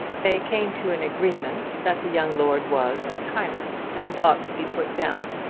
they came to an agreement that the young lord was a tyrant and ought to be put down,